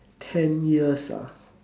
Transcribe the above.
ten years ah